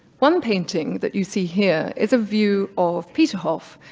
one painting that you see here is a view of peterhof,